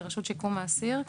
לרשות לשיקום האסיר.